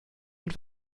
und